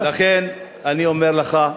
לכן אני אומר לך,